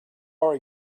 are